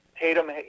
Tatum